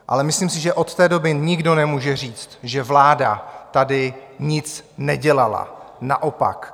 Ale myslím si, že od té doby nikdo nemůže říct, že vláda tady nic nedělala, naopak.